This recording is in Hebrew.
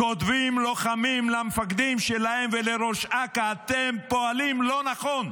כותבים לוחמים למפקדים שלהם ולראש אכ"א: אתם פועלים לא נכון.